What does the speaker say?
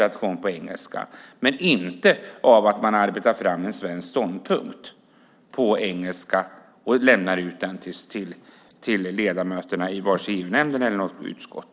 Men det gäller inte när regeringen arbetar fram en svensk ståndpunkt på engelska och lämnar ut den till ledamöterna i EU-nämnden eller något utskott.